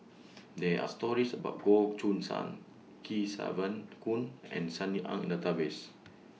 There Are stories about Goh Choo San Kesavan Goon and Sunny Ang The Database